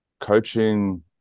coaching